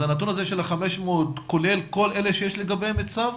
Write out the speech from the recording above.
אז הנתון של ה-500 הוא כולל את כל אלה שיש לגביהם צו?